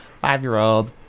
Five-year-old